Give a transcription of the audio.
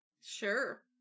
Sure